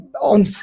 on